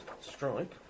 strike